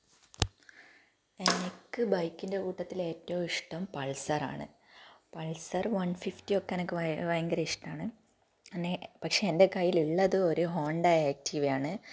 എനിക്ക് ബൈക്കിൻ്റെ കൂട്ടത്തിലെറ്റവും ഇഷ്ടം പൾസറാണ് പൾസർ വൺ ഫിഫ്റ്റി ഒക്കെ എനിക്ക് ഭയങ്കര ഭയങ്കര ഇഷ്ടമാണ് പിന്നെ പക്ഷേ എൻ്റെ കയ്യിലുള്ളത് ഒരു ഹോണ്ടാ ആക്റ്റിവയാണ്